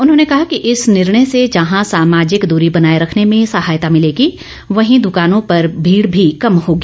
उन्होंने कहा कि इस निर्णय से जहां सामाजिक दूरी बनाए रखने में सहायता भिलेगी वहीं द्वानों पर भीड़ भी कम होगी